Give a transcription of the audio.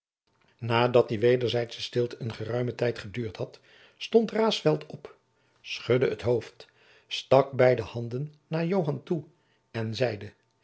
nadat die wederzijdsche stilte een geruimen tijd geduurd had stond raesfelt op schudde het hoofd stak beide handen naar joan toe en zeide